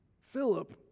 Philip